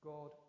God